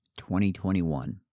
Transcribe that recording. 2021